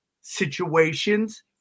situations